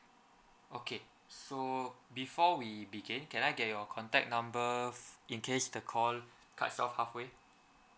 okay so before we begin can I get your contact number fi~ in case the call cuts off halfway